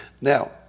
Now